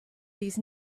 these